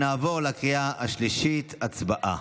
נעבור לקריאה השלישית, הצבעה.